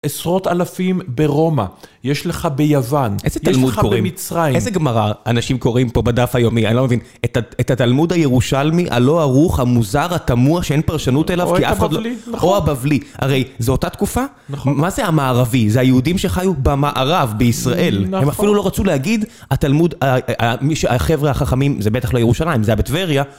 עשרות אלפים ברומא, יש לך ביוון, יש לך במצרים. איזה גמרא אנשים קוראים פה בדף היומי, אני לא מבין. את התלמוד הירושלמי, הלא ערוך, המוזר, התמוה, שאין פרשנות אליו. כי אף אחד לא. או הבבלי, הרי זו אותה תקופה. מה זה המערבי? זה היהודים שחיו במערב, בישראל, נכון, הם אפילו לא רצו להגיד, התלמוד, החבר'ה החכמים, זה בטח לא ירושלים, זה הבטבריה.